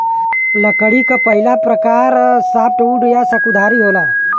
लकड़ी क पहिला प्रकार सॉफ्टवुड या सकुधारी होला